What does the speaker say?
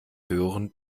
höheren